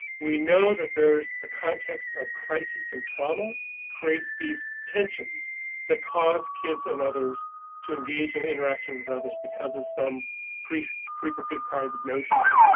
we know that there's the context of crisis and trauma creates these tensions that cause kids and others to engage an interaction with others because of some preconceived kinds of notions.